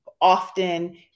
often